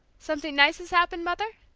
something nice has happened, mother?